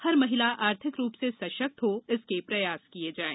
हर महिला आर्थिक रूप से सशक्त हो इस के प्रयास किए जायें